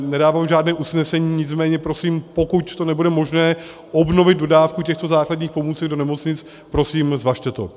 Nedávám žádné usnesení, nicméně pokud nebude možné obnovit dodávku těchto základních pomůcek do nemocnic, prosím, zvažte to.